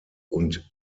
und